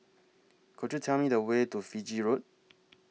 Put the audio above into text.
Could YOU Tell Me The Way to Fiji Road